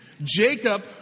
Jacob